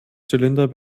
zylinder